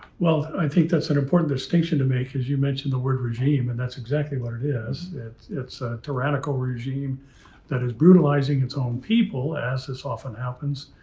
well, i think that's an important distinction to make. as you mentioned the word regime, and that's exactly what it is. it's a tyrannical regime that is brutalizing its own people as this often happens.